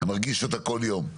אני מרגיש אותה כל יום.